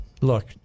look